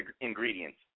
ingredients